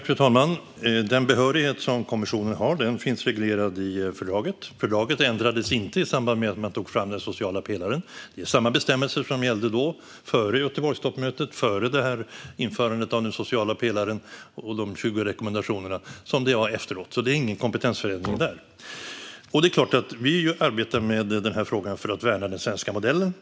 Fru talman! Den behörighet som kommissionen har finns reglerad i fördraget. Fördraget ändrades inte i samband med att man tog fram den sociala pelaren. Det är samma bestämmelser som gällde då, före Göteborgstoppmötet och före införandet av den sociala pelaren och de 20 rekommendationerna, och som gäller efteråt. Så det är ingen kompetensförändring där. Det är klart att vi arbetar med denna fråga för att värna den svenska modellen.